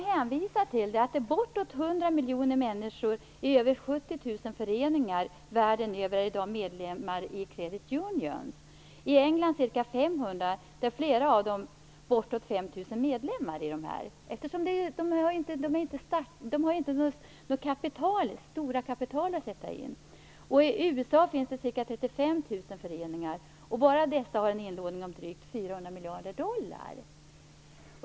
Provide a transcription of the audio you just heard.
Bortåt 100 miljoner människor i över 70 000 föreningar världen över är i dag medlemmar i credit union. I England är det ca 500 varav flera av dem har bortåt 5 000 medlemmar. De har inte några stora kapital att sätta in. I USA finns det ca 35 000 föreningar. Bara dessa har en inlåning om drygt 400 miljarder dollar.